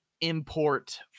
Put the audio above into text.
import